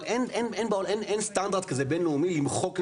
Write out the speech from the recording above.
אבל אין סטנדרט כזה בינלאומי למחוק נתונים.